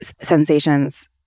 sensations